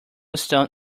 stone